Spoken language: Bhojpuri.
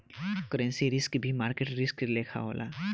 करेंसी रिस्क भी मार्केट रिस्क लेखा होला